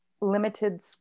limited